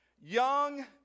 Young